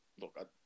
look